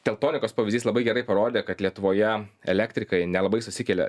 teltonikos pavyzys labai gerai parodė kad lietuvoje elektrikai nelabai susikelia